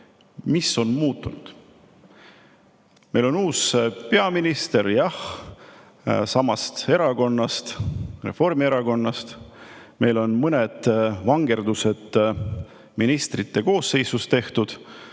mis on muutunud? Meil on uus peaminister, jah, aga samast erakonnast, Reformierakonnast. Meil on tehtud mõned vangerdused ministrite koosseisus,